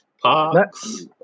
parks